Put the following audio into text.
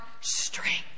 strength